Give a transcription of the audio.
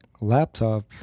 laptop